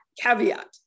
Caveat